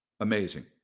Amazing